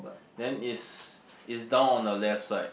then is is down on a left side